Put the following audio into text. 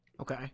okay